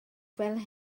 fel